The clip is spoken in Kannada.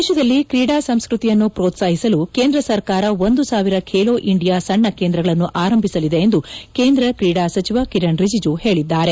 ದೇಶದಲ್ಲಿ ಕ್ರೀಡಾ ಸಂಸ್ಕೃತಿಯನ್ನು ಪ್ರೋತ್ಪಾಹಿಸಲು ಕೇಂದ್ರ ಸರ್ಕಾರ ಒಂದು ಸಾವಿರ ಖೇಲೋ ಇಂಡಿಯಾ ಸಣ್ಣ ಕೇಂದ್ರಗಳನ್ನು ಆರಂಭಿಸಲಿದೆ ಎಂದು ಕೇಂದ್ರ ಕ್ರೀಡಾ ಸಚಿವ ಕಿರಣ್ ರಿಜಿಜು ಹೇಳಿದ್ದಾರೆ